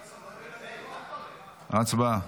הצבעה.